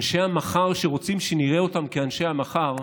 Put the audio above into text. אנשי המחר שרוצים שנראה אותם כאנשי המחר,